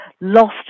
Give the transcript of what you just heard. lost